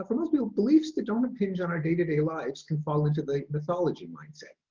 ah but most people beliefs, the dominant hinge on our day to day lives can fall into the mythology mindset.